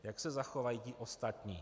Jak se zachovají ti ostatní?